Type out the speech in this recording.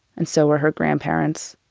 and so were her grandparents.